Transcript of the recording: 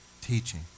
teaching